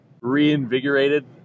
reinvigorated